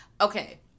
Okay